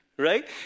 Right